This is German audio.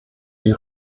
die